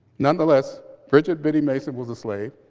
nonetheless, bridget biddy' mason was a slave.